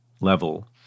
level